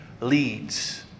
leads